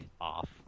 Off